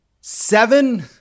Seven